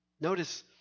Notice